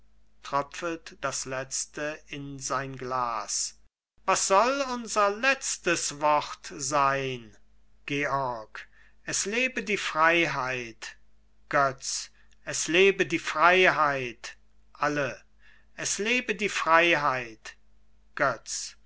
was soll unser letztes wort sein georg es lebe die freiheit götz es lebe die freiheit alle es lebe die freiheit götz